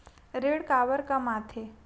ऋण काबर कम आथे?